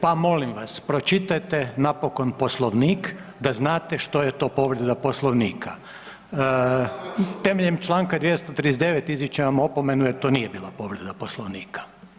pa molim vas, pročitajte napokon Poslovnik da znate što je to povreda Poslovnika. ... [[Upadica se ne čuje.]] Temeljem čl. 239 izričem vam opomenu jer to nije bila povreda Poslovnika.